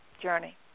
journey